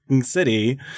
city